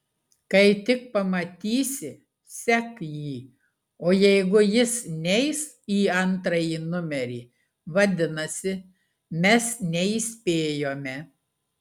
kai tik pamatysi sek jį o jeigu jis neis į antrąjį numerį vadinasi mes neįspėjome